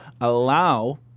allow